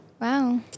wow